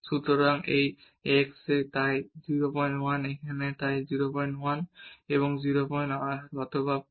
সুতরাং এই x তাই এই 01 এখানে এই 01 01 এখানে 02